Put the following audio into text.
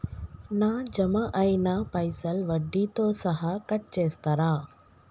నా జమ అయినా పైసల్ వడ్డీతో సహా కట్ చేస్తరా?